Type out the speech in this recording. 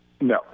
No